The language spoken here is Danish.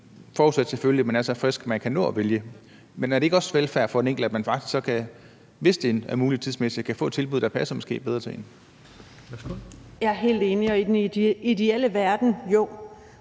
forudsat selvfølgelig, at man er så frisk, at man kan nå at vælge. Men er det ikke også velfærd for den enkelte, at man faktisk så, hvis det er muligt tidsmæssigt, kan få et tilbud, der måske passer bedre til en? Kl. 11:11 Fjerde næstformand